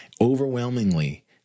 Overwhelmingly